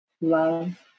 love